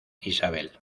isabel